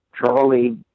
Charlie